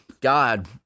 God